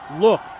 Look